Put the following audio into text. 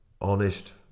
honest